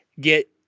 get